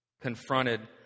confronted